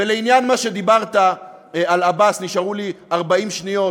ולעניין מה שדיברת על עבאס, נשארו לי 40 שניות,